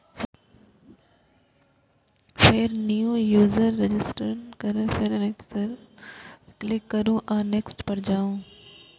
फेर new user registration, activation पर click करू आ नेक्स्ट पर जाउ